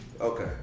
Okay